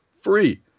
free